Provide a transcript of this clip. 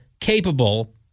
capable